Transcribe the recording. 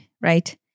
right